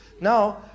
now